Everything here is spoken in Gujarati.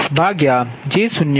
તેનો અર્થ I24V2f V4fj0